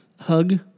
hug